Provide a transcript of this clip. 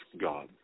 God